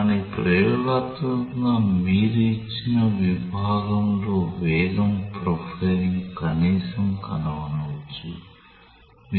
కానీ ప్రయోగాత్మకంగా మీరు ఇచ్చిన విభాగంలో వేగం ప్రొఫైల్ను కనీసం కనుగొనవచ్చు